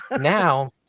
now